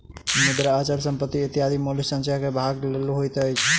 मुद्रा, अचल संपत्ति इत्यादि मूल्य संचय के भाग होइत अछि